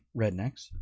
rednecks